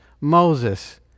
Moses